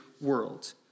world